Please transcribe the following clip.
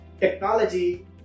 Technology